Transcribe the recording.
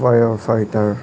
fire fighter